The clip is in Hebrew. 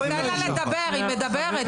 תן לה לדבר, היא מדברת.